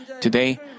Today